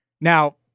Now